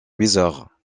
bizarre